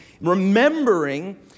remembering